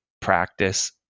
practice